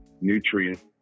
nutrients